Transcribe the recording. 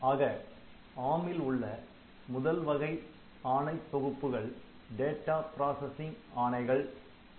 ஆக ARM ல் உள்ள முதல் வகை ஆணைத்தொகுப்புகள் டேட்டா ப்ராசசிங் ஆணைகள் ஆகும்